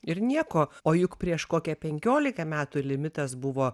ir nieko o juk prieš kokią penkiolika metų limitas buvo